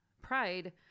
Pride